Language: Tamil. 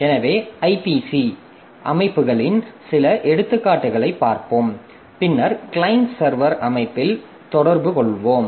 எனவே ஐபிசி அமைப்புகளின் சில எடுத்துக்காட்டுகளைப் பார்ப்போம் பின்னர் கிளையன்ட் சர்வர் அமைப்பில் தொடர்பு கொள்வோம்